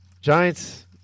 Giants